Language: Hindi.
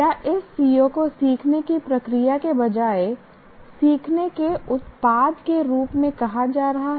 क्या इस CO को सीखने की प्रक्रिया के बजाय सीखने के उत्पाद के रूप में कहा जा रहा है